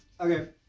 Okay